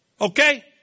Okay